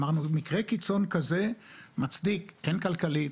אמרנו שמקרה קיצון כזה מצדיק הן כלכלית,